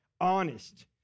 Honest